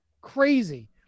Crazy